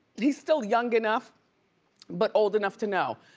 he's still young enough but old enough to know.